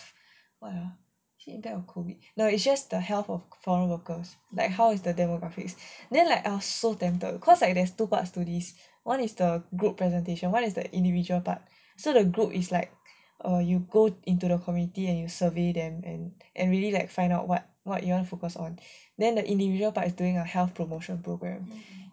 no it's just the health of foreign workers like how is the demographics then like I was so tempted cause like there's two parts to this one is the group presentation [what] is the individual part so the group is like err you go into the community and you survey them and and really like find out what what you wanna focus on then the individual part is doing a health promotion programme